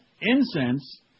Incense